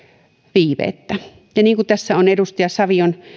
viiveettä niin kuin ovat muun muassa edustaja savion